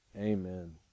Amen